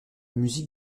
musique